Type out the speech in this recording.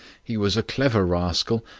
he was a clever rascal,